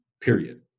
period